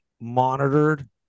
monitored